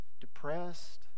depressed